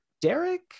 Derek